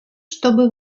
чтобы